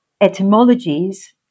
etymologies